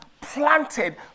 planted